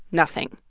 nothing.